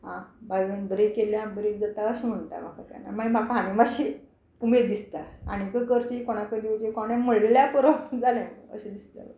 आ बाबीबाय बरी केली आं बरी जाता अशें म्हणटा म्हाका केन्ना मागीर म्हाका आनी मातशी उमेद दिसता आनीक करची कोणाकय दिवची कोणे म्हणल्या पुरो जालें अशें दिसता